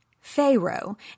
Pharaoh